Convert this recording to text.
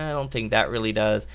and don't think that really does.